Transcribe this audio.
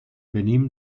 venim